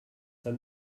than